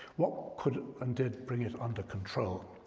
what could and did bring it under control?